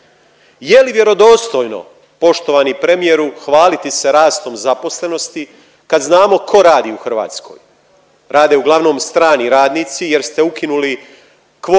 Je li vjerodostojno, poštovani premijeru, hvaliti se rastom zaposlenosti, kad znamo tko radi u Hrvatskoj? Rade uglavnom strani radnici jer ste ukinuli kvote